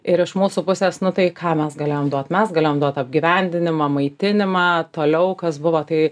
ir iš mūsų pusės nu tai ką mes galėjom duot mes galėjom duot apgyvendinimą maitinimą toliau kas buvo tai